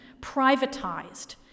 privatized